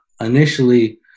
initially